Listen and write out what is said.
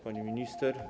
Pani Minister!